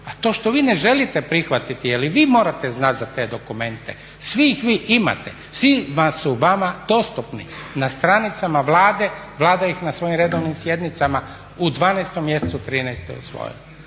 A to što vi ne želite prihvatiti jer i vi morate znati za te dokumente, svi ih vi imate, svima su vama dostupni na stranicama Vlade, Vlada ih na svojim redovnim sjednicama u 12. mjesecu 2013. usvojila.